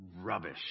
Rubbish